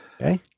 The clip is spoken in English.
Okay